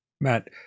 Matt